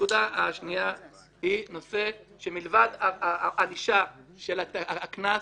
הנקודה הנוספת היא שמלבד הענישה, הקנס,